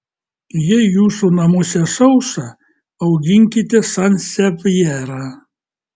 jei jūsų namuose sausa auginkite sansevjerą